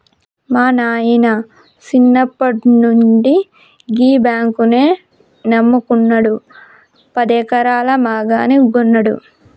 మా నాయిన సిన్నప్పట్నుండి గీ బాంకునే నమ్ముకున్నడు, పదెకరాల మాగాని గొన్నడు